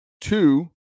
Two